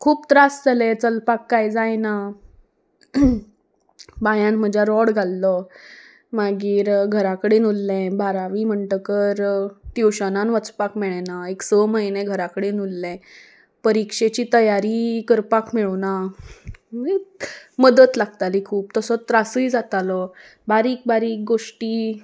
खूब त्रास जाले चलपाक कांय जायना पांयान म्हज्या रोड घाल्लो मागीर घराकडेन उरलें बारावी म्हणटकर ट्युशनान वचपाक मेळना एक स म्हयने घराकडेन उरलें परिक्षेची तयारी करपाक मेळुना मदत लागताली खूब तसो त्रासूय जातालो बारीक बारीक गोश्टी